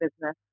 business